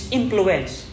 influence